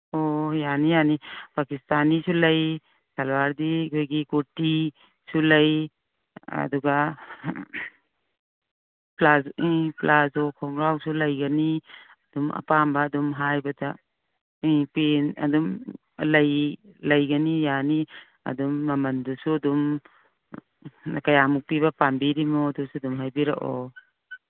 ꯑꯣ ꯌꯥꯅꯤ ꯌꯥꯅꯤ ꯄꯀꯤꯁꯇꯥꯅꯤꯁꯨ ꯂꯩ ꯁꯜꯋꯥꯔꯗꯤ ꯑꯩꯈꯣꯏꯒꯤ ꯀꯨꯔꯇꯤꯁꯨ ꯂꯩ ꯑꯗꯨꯒ ꯎꯝ ꯄ꯭ꯂꯥꯖꯣ ꯈꯣꯡꯒ꯭ꯔꯥꯎꯁꯨ ꯂꯩꯒꯅꯤ ꯑꯗꯨꯝ ꯑꯄꯥꯝꯕ ꯑꯗꯨꯝ ꯍꯥꯏꯕꯗ ꯎꯝ ꯄꯦꯟ ꯑꯗꯨꯝ ꯂꯩꯒꯅꯤ ꯌꯥꯅꯤ ꯑꯗꯨꯝ ꯃꯃꯜꯗꯨꯁꯨ ꯑꯗꯨꯝ ꯀꯌꯥꯃꯨꯛ ꯄꯤꯕ ꯄꯥꯝꯕꯤꯔꯤꯅꯣ ꯑꯗꯨꯁꯨ ꯑꯗꯨꯝ ꯍꯥꯏꯕꯤꯔꯛꯑꯣ